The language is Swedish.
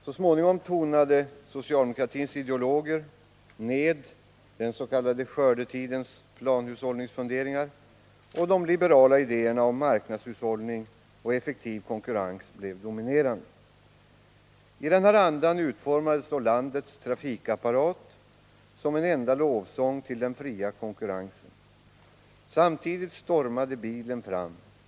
Så småningom tonade socialdemokratins ideologer ned den s.k. skördetidens planhushållningsfunderingar, och de liberala idéerna om marknadshushållning och effektiv konkurrens blev dominerande. I denna anda utformades så landets trafikapparat som en enda-lovsång till den fria konkurrensen. Samtidigt stormade bilen fram.